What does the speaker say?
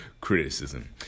criticism